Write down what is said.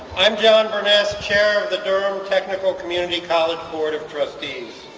i'm john burness, chair of the durham technical community college board of trustees,